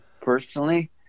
personally